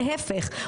להיפך,